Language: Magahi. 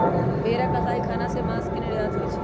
भेरा कसाई ख़ना से मास के निर्यात होइ छइ